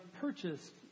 purchased